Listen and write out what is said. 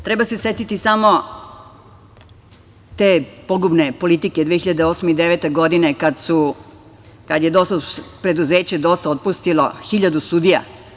Treba se setiti samo te pogubne politike 2008. i 2009. godine kada je preduzeće DOS-a otpustilo hiljadu sudija.